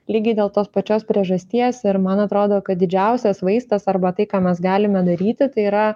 lygiai dėl tos pačios priežasties ir man atrodo kad didžiausias vaistas arba tai ką mes galime daryti tai yra